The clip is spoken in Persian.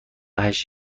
هشت